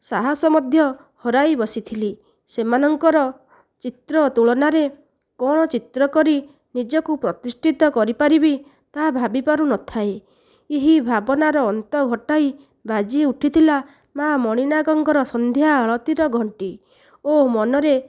ସାହସ ମଧ୍ୟ ହରାଇ ବସିଥିଲି ସେମାନଙ୍କର ଚିତ୍ର ତୁଳନାରେ କଣ ଚିତ୍ର କରି ନିଜକୁ ପ୍ରତିଷ୍ଠିତ କରିପାରିବି ତାହା ଭାବି ପାରୁ ନ ଥାଏ ଏହି ଭାବନାର ଅନ୍ତ ଘଟାଇ ବାଜି ଉଠିଥିଲା ମା ମଣି ନାଗଙ୍କର ସନ୍ଧ୍ୟା ଆଳତୀର ଘଣ୍ଟି ଓ ମନରେ